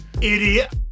idiot